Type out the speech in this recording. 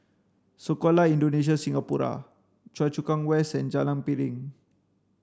Sekolah Indonesia Singapura Choa Chu Kang West and Jalan Piring